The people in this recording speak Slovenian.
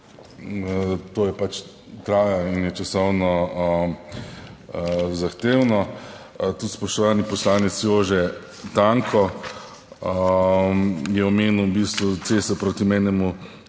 to je traja in je časovno zahtevno. Tudi spoštovani poslanec Jože Tanko je omenil v bistvu cesto proti mejnemu